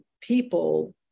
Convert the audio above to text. people